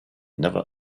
never